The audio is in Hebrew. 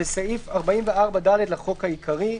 בסעיף 44(ד) לחוק העיקרי,